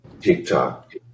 TikTok